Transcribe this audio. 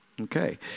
Okay